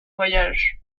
voyages